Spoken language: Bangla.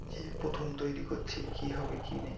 এই প্রথম তৈরি করছি কী হবে কী নেই